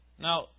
Now